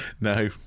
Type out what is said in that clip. no